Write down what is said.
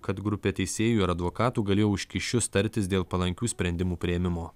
kad grupė teisėjų ir advokatų galėjo už kyšius tartis dėl palankių sprendimų priėmimo